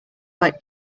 like